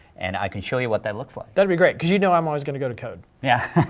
and i can show you what that looks like. that'd be great, because you know i'm always going to go to code. yeah.